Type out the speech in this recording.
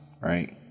Right